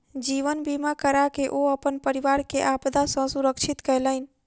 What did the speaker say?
जीवन बीमा कराके ओ अपन परिवार के आपदा सॅ सुरक्षित केलैन